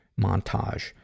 montage